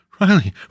Riley